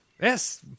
Yes